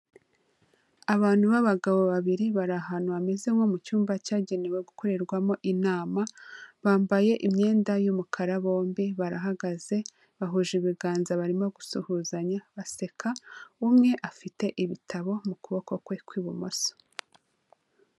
Abantu b'abagabo babiri bari ahantu hameze nko mu cyumba cyagenewe gukorerwamo inama, bambaye imyenda y'umukara bombi barahagaze, bahuje ibiganza barimo gusuhuzanya baseka, umwe afite ibitabo mu kuboko kwe kw'ibumoso.